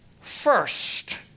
first